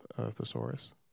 thesaurus